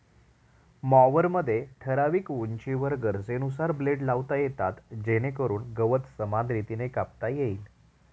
मॉवरमध्ये ठराविक उंचीवर गरजेनुसार ब्लेड लावता येतात जेणेकरून गवत समान रीतीने कापता येईल